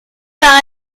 par